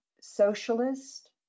Socialist